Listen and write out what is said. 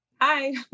Hi